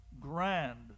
grand